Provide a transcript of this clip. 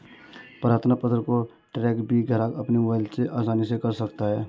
प्रार्थना पत्र को ट्रैक भी ग्राहक अपने मोबाइल से आसानी से कर सकता है